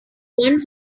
one